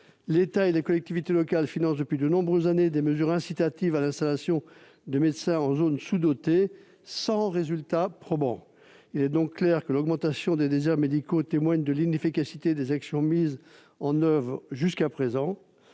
L'État et les collectivités locales financent depuis de nombreuses années des mesures incitatives à l'installation de médecins en zones sous-dotées, sans résultat probant. L'extension des déserts médicaux témoigne donc clairement de l'inefficacité des actions mises en oeuvre jusqu'à présent.